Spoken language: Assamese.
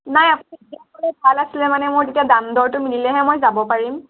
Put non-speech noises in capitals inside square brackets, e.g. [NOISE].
নাই [UNINTELLIGIBLE] ভাল আছিলে মানে মোৰ তেতিয়া দাম দৰটো মিলিলেহে মই যাব পাৰিম